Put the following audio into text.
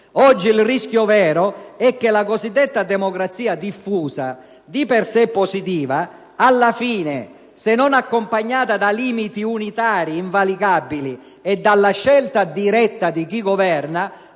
il rischio vero è che la cosiddetta democrazia diffusa, di per sé positiva, alla fine, se non accompagnata da limiti unitari invalicabili e dalla scelta diretta di chi governa,